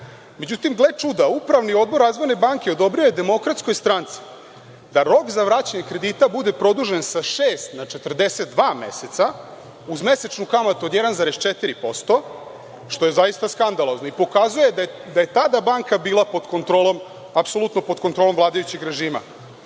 Međutim, gle čuda, Upravni odbor Razvojne banke odobrio je DS da rok za vraćanje kredita bude produžen sa šest na 42 meseca, uz mesečnu kamatu od 1,4%, što je zaista skandalozno i pokazuje da je tada banka bila apsolutno pod kontrolom vladajućeg režima.